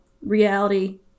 reality